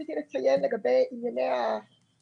רציתי לציין לגבי המעסיקים.